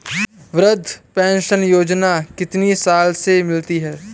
वृद्धा पेंशन योजना कितनी साल से मिलती है?